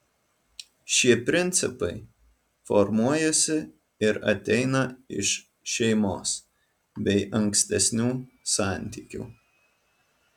šie principai formuojasi ir ateina iš šeimos bei ankstesnių santykių